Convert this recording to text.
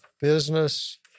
business